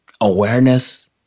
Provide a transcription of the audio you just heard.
awareness